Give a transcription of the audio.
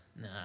nah